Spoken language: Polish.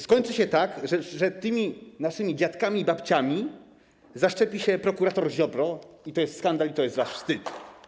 Skończy się tak, że przed tymi naszymi dziadkami i babciami zaszczepi się prokurator Ziobro, i to jest skandal, i to jest wstyd.